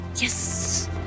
yes